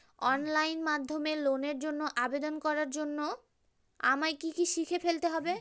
Online মাধ্যমে লোনের জন্য আবেদন করার জন্য আমায় কি কি শিখে ফেলতে হবে?